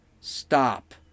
Stop